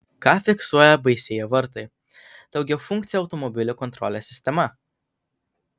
ką fiksuoja baisieji vartai daugiafunkcė automobilių kontrolės sistema